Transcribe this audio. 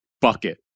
bucket